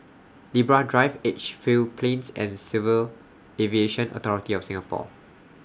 Libra Drive Edgefield Plains and Civil Aviation Authority of Singapore